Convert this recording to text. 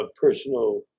personal